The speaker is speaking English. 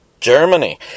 Germany